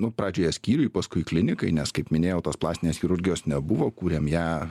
nu pradžioje skyriui paskui klinikai nes kaip minėjau tos plastinės chirurgijos nebuvo kūrėm ją